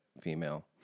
female